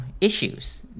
issues